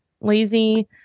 lazy